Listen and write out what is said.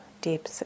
deep